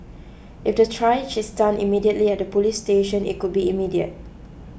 if the triage is done immediately at the police station it could be immediate